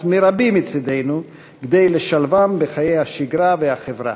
מרבי מצדנו כדי לשלבם בחיי השגרה והחברה.